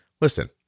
listen